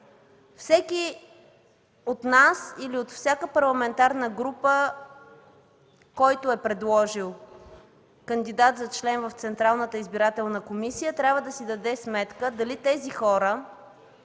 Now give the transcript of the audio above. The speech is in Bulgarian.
всеки от нас или от всяка парламентарна група, който е предложил кандидат за член в Централната избирателна комисия, трябва да си даде сметка дали тези хора